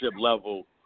level